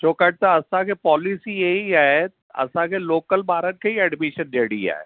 छाकणि त असांखे पॉलिसी इहा ई आहे असांखे लोकल ॿार खे ई एडमिशन ॾियणी आहे